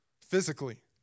physically